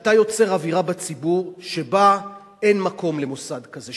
שאתה יוצר אווירה בציבור שבה אין מקום למוסד כזה,